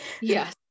Yes